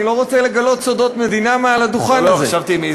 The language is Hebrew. אני לא רוצה לגלות סודות מדינה מעל הדוכן הזה.